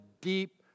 deep